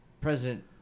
President